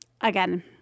again